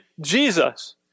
Jesus